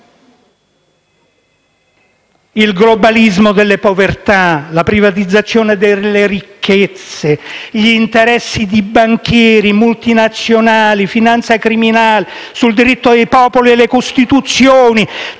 il globalismo delle povertà, la privatizzazioni delle ricchezze, gli interessi di banchieri, multinazionali, finanza criminale, sul diritto dei popoli e le Costituzioni,